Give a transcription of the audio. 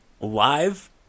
live